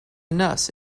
nurse